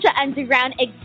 Underground